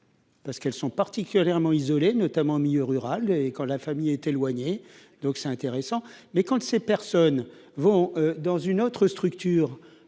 Parce qu'elles sont particulièrement isolées, notamment en milieu rural, et quand la famille est éloignée, donc c'est intéressant mais quand ces personnes vont dans une autre structure